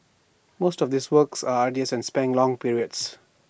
most of these works are arduous and span long periods